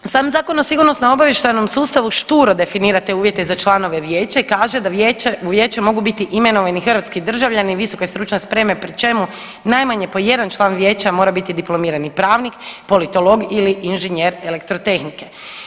Sam Zakon o sigurnosno obavještajnom sustavu šturo definira te uvjete za članove vijeća i kaže da vijeće, u vijeće mogu biti imenovani hrvatski državljani visoke stručne spreme pri čemu najmanje po jedan član vijeća mora biti diplomirani pravnik, politolog ili inženjer elektrotehnike.